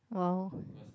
!wow!